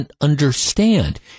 understand